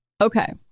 Okay